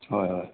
হয় হয়